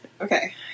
Okay